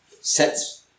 sets